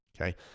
Okay